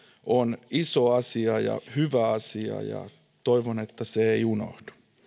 on iso asia ja hyvä asia ja toivon että se ei unohdu